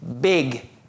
big